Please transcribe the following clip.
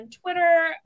Twitter